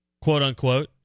quote-unquote